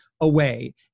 away